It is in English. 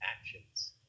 actions